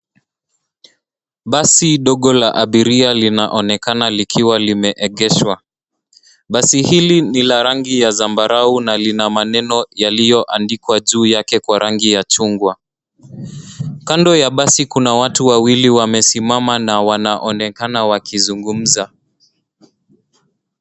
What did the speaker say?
Basi dogo la abiria linaonekana likiwa limeegeshwa. Basi hili ni la rangi ya zambarau na lina maneno yaliyoandikwa juu yake kwa rangi ya chungwa. Kando ya basi kuna watu wawili wamesimama na wanaonekana wakizungumza.